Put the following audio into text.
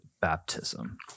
baptism